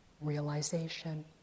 realization